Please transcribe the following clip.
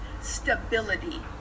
stability